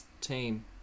team